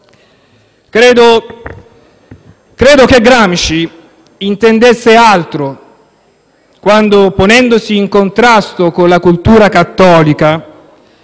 Credo che Gramsci intendesse altro quando, ponendosi in contrasto con la cultura cattolica,